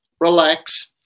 relax